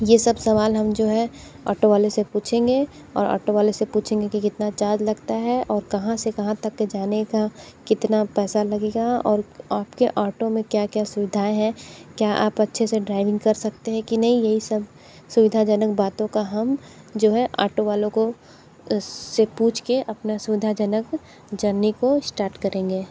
ये सब सवाल हम जो है ऑटो वाले से पूछेंगे और ऑटो वाले से पूछेंगे कि कितना चार्ज लगता है और कहाँ से कहाँ तक जाने का कितना पैसा लगेगा और आपके ऑटो मैं क्या क्या सुविधाएँ हैं क्या आप अच्छे से ड्राइविंग कर सकते है कि नहीं यही सब सुविधाजनक बातों का हम जो है ऑटो वालों को से पूछ के अपना सुविधाजनक जर्नी को स्टार्ट करेंगे